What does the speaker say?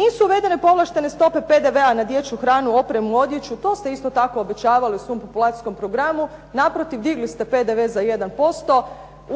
Nisu uvedene povlaštene stope PDV-a na dječju hranu, opremu, odjeću, to ste isto tako obećavali u svom populacijskom programu. Naprotiv, digli ste PDV za 1%,